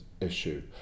issue